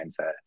mindset